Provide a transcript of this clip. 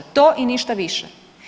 To i ništa više.